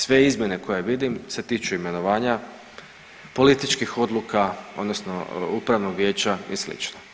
Sve izmjene koje vidim se tiču imenovanja, političkih odluka, odnosno upravnog vijeća i slično.